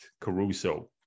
Caruso